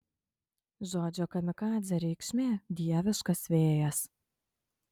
žodžio kamikadzė reikšmė dieviškas vėjas